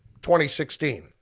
2016